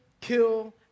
kill